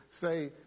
say